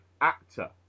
actor